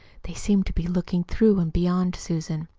they seemed to be looking through and beyond susan.